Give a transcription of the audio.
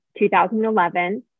2011